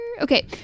Okay